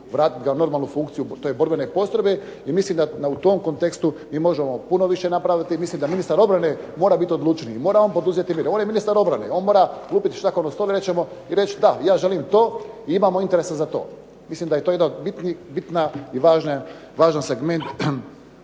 vratiti ga normalno u funkciju te borbene postrojbe. I mislim da u tom kontekstu mi možemo puno više napraviti i mislim da ministar obrane mora biti odlučniji. Mora on poduzeti mjere. On je ministar obrane. On mora lupiti šakom o stol i reći da, ja želim to i imamo interesa za to. Mislim da je to jedan bitan i važan segment